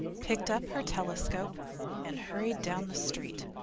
picked up her telescope and hurried down the street,